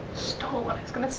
stole what i was going to say.